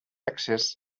accés